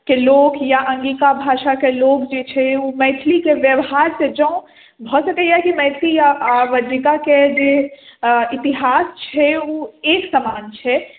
के लोक या अङ्गिका भाषाके लोक जे छी ओ मैथिलीके व्यवहार से जँ भऽ सकैया की मैथिली या बज्जिकाके जे इतिहास छै ओ एक समान छै